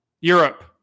Europe